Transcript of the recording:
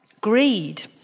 greed